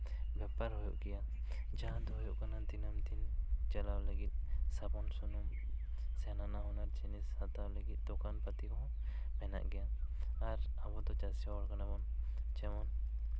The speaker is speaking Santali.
ᱵᱮᱯᱟᱨ ᱦᱩᱭᱩᱜ ᱜᱮᱭᱟ ᱡᱟᱦᱟᱸ ᱫᱚ ᱦᱩᱭᱩᱜ ᱠᱟᱱᱟ ᱫᱤᱱᱟᱹᱢ ᱫᱤᱱ ᱪᱟᱞᱟᱣ ᱞᱟᱹᱜᱤᱫ ᱥᱟᱵᱚᱱ ᱥᱩᱱᱩᱢ ᱥᱮ ᱱᱟᱱᱟ ᱦᱩᱱᱟᱹᱨ ᱡᱤᱱᱤᱥ ᱦᱟᱛᱟᱣ ᱞᱟᱹᱜᱤᱫ ᱫᱚᱠᱟᱱ ᱯᱟᱹᱛᱤ ᱦᱚᱸ ᱢᱮᱱᱟᱜ ᱜᱮᱭᱟ ᱟᱨ ᱟᱵᱚ ᱫᱚ ᱪᱟᱹᱥᱤ ᱦᱚᱲ ᱠᱟᱱᱟ ᱵᱚᱱ ᱡᱮᱢᱚᱱ